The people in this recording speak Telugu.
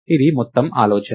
ఇది మొత్తం ఆలోచన